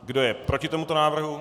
Kdo je proti tomuto návrhu?